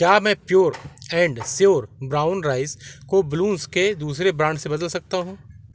क्या मैं pure and sure brown rice को बलून्स के दूसरे ब्रांड से बदल सकता हूँ